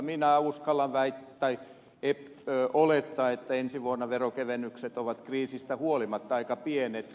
minä uskallan olettaa että ensi vuonna veronkevennykset ovat kriisistä huolimatta aika pienet